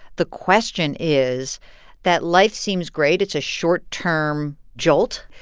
the question is that life seems great. it's a short-term jolt,